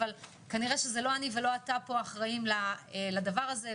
אבל כנראה שלא אתה ולא אני אחראים לדבר הזה,